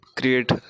create